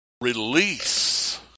release